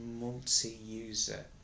multi-user